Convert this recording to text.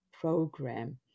program